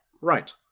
Right